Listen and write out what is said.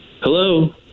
Hello